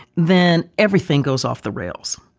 then everything goes off the rails